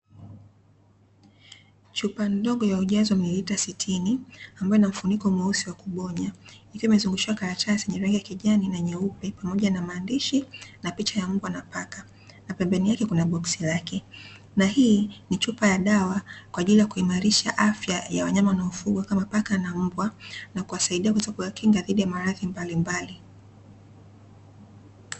Chupa ndogo ya ujazo wa mililita sitini, ambayo ina mfuniko mweusi wa kubonya, ikiwa imezungushiwa karatasi yenye rangi ya kijani na nyeupe, pamoja na maandishi na picha ya mbwa na paka, na pembeni yake kuna boksi lake. Na hii ni chupa ya dawa kwa ajili ya kuimarisha afya ya wanyama wanaofugwa kama paka na mbwa na kuwasaidia katika kuwakinga dhidi ya maradhi mbalimbali.